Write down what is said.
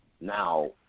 Now